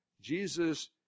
Jesus